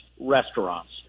restaurants